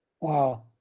Wow